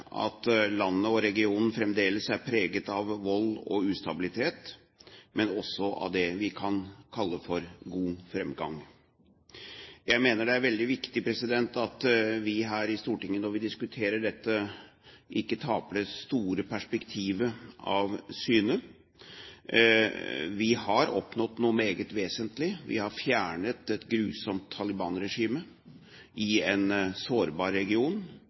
at landet og regionen fremdeles er preget av vold og ustabilitet, men også av det vi kan kalle for god framgang. Jeg mener det er veldig viktig at vi her i Stortinget når vi diskuterer dette, ikke taper det store perspektivet av syne. Vi har oppnådd noe meget vesentlig. Vi har fjernet et grusomt Taliban-regime i en sårbar region,